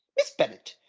miss bennet,